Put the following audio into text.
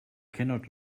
cannot